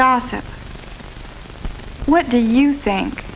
gossip what do you think